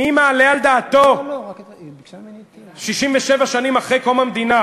מי מעלה על דעתו 67 שנים אחרי קום המדינה